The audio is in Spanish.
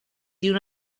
tiene